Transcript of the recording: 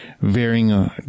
varying